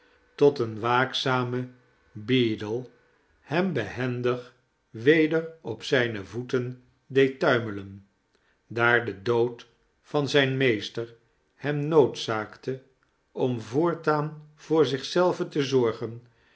tot een waakzame beadle hem behendig weder op zijne voeten deed tuimelen daar de dood van zijn meester hem noodzaakte om voortaan voor zich zelven te zorgen